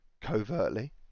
Covertly